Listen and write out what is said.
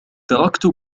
تركت